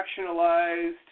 fractionalized